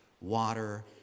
water